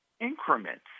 increments